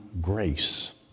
grace